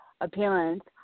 appearance